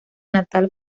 natal